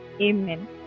Amen